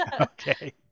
Okay